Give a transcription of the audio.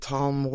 Tom